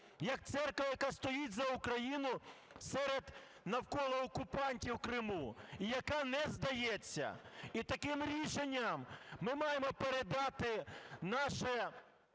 як церква, яка стоїть за Україну серед, навколо окупантів в Криму, і яка не здається. І таким рішенням ми маємо передати нашу